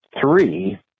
three